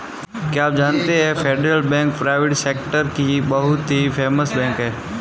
क्या आप जानते है फेडरल बैंक प्राइवेट सेक्टर की बहुत ही फेमस बैंक है?